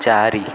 ଚାରି